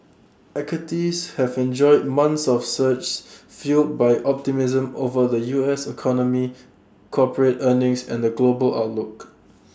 equities have enjoyed months of surges fuelled by optimism over the U S economy corporate earnings and the global outlook